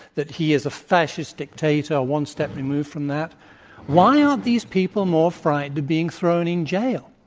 that he is a fascist dictator or one step removed from that why aren't these people more frightened of being thrown in jail?